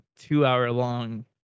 two-hour-long